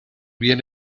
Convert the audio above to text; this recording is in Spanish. bien